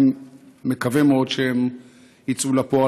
אני מקווה מאוד שהם יצאו לפועל.